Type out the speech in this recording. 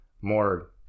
more